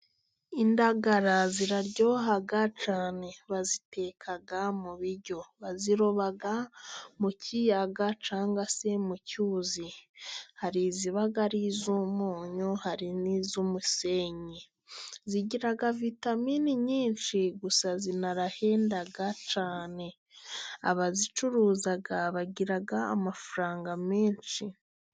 Indagara ziraryoha cyane baziteka mu biryo, baziroba mu kiyaga cyangwa se mu cyuzi ,hari iziba ari iz'umunyu hari n'iz'umusenyi ,zigira vitamini nyinshi gusa zinarahenda cyane abazicuruza bagira amafaranga menshi.